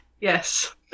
yes